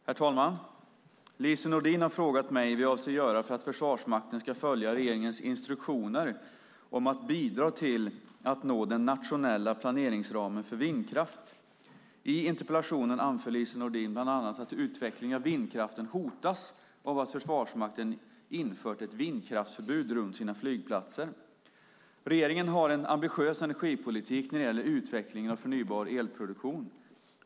Herr talman! Lise Nordin har frågat mig vad jag avser att göra för att Försvarsmakten ska följa regeringens instruktioner om "att bidra till att nå den nationella planeringsramen för vindkraft". I interpellationen anför Lise Nordin bland annat att utvecklingen av vindkraften hotas av att Försvarsmakten infört ett vindkraftsförbud runt sina flygplatser. Regeringen har en ambitiös energipolitik när det gäller utvecklingen av förnybar elproduktion.